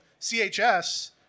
CHS